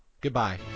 Goodbye